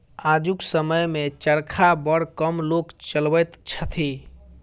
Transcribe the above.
आजुक समय मे चरखा बड़ कम लोक चलबैत छथि